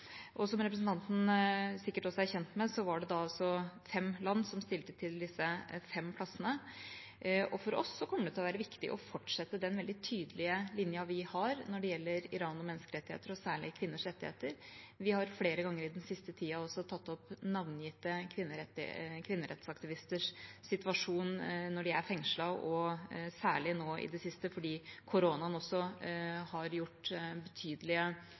Og som representanten sikkert også er kjent med, var det fem land som stilte til disse fem plassene. For oss kommer det til å være viktig å fortsette den veldig tydelige linjen vi har når det gjelder Iran og menneskerettigheter og særlig kvinners rettigheter. Vi har flere ganger den siste tida også tatt opp navngitte kvinnerettsaktivisters situasjon når de er fengslet, og særlig nå i det siste fordi koronaen også har gjort betydelige